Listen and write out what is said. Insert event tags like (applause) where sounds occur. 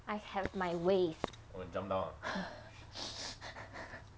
I have my ways (laughs)